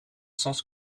sens